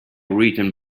written